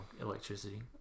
electricity